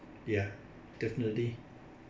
ya definitely